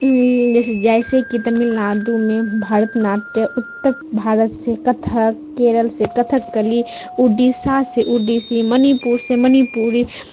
جیسے جیسے کہ تمل ناڈو میں بھارت ناٹیہ اتر بھارت سے کتھک کیرل سے کتھک کلی اوڈیشہ سے اوڈیسی منی پور سے منی پوری